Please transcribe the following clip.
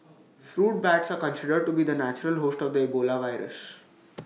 fruit bats are considered to be the natural host of the Ebola virus